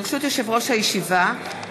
ברשות יושב-ראש הישיבה,